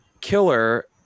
killer